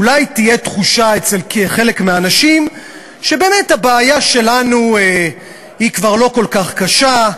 אולי תהיה תחושה אצל חלק מהאנשים שבאמת הבעיה שלנו כבר לא כל כך קשה,